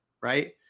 right